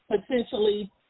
potentially